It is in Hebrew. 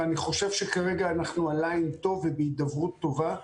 ואני חושב שכרגע על ליין טוב ובהידברות טובה,